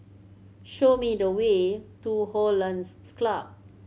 show me the way to Hollandse Club